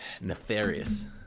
nefarious